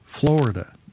Florida